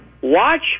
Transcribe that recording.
watch